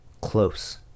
close